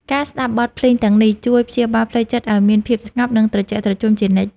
ការស្ដាប់បទភ្លេងទាំងនេះ ជួយព្យាបាលផ្លូវចិត្តឱ្យមានភាពស្ងប់ និងត្រជាក់ត្រជុំជានិច្ច។